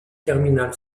terminal